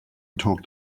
talked